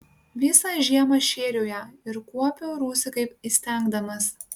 visą žiemą šėriau ją ir kuopiau rūsį kaip įstengdamas